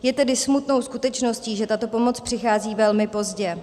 Je tedy smutnou skutečností, že tato pomoc přichází velmi pozdě.